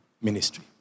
ministry